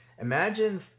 Imagine